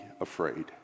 afraid